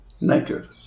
naked